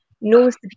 knows